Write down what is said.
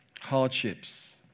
hardships